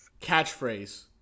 Catchphrase